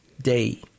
Day